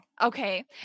Okay